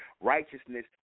Righteousness